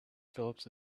phillips